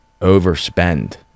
overspend